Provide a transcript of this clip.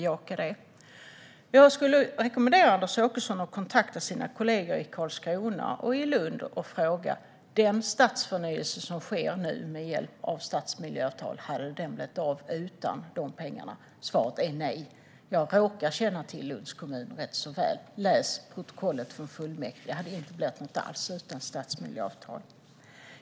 Jag vill rekommendera Anders Åkesson att kontakta sina kollegor i Karlskrona och Lund och fråga: Hade den stadsförnyelse som nu sker med hjälp av stadsmiljöavtalen blivit av utan de pengarna? Svaret är nej. Jag råkar känna till Lunds kommun rätt väl. Läs protokollet från fullmäktige! Det hade inte blivit något alls utan stadsmiljöavtalen.